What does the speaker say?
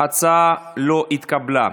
ההצעה לא התקבלה.